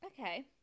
okay